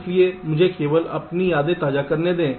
इसलिए मुझे केवल अपनी यादें ताज़ा करने दें